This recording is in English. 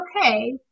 okay